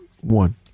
one